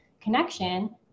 connection